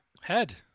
Head